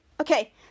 Okay